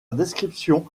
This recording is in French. description